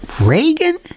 Reagan